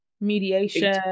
Mediation